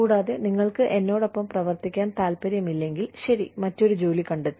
കൂടാതെ നിങ്ങൾക്ക് എന്നോടൊപ്പം പ്രവർത്തിക്കാൻ താൽപ്പര്യമില്ലെങ്കിൽ ശരി മറ്റൊരു ജോലി കണ്ടെത്തൂ